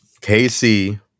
KC